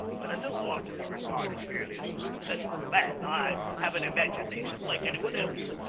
but i don't want to be regarded merely as a successful man. i have an imagination like anyone else.